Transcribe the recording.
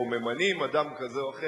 או ממנים אדם כזה או אחר.